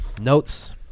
notes